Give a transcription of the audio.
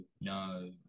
no